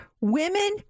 women